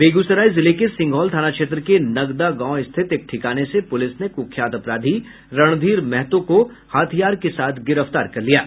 बेगूसराय जिले के सिंघौल थाना क्षेत्र के नगदह गांव स्थित एक ठिकाने से पुलिस ने कुख्यात अपराधी रणधीर महतो को हथियार के साथ गिरफ्तार किया है